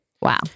Wow